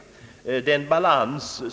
Kravet på en viss balans bör